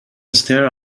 stare